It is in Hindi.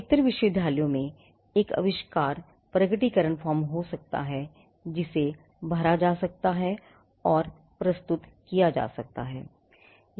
अधिकतर विश्वविद्यालयों में एक आविष्कार प्रकटीकरण फॉर्म हो सकता है जिसे भरा जा सकता है और प्रस्तुत किया जा सकता है